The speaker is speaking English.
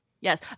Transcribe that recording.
yes